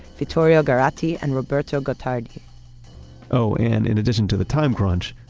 vittorio garatti and roberto gottardi oh, and in addition to the time crunch,